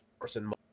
person